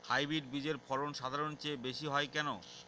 Hybrid বীজের ফলন সাধারণের চেয়ে বেশী হয় কেনো?